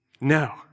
No